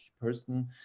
person